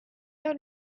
your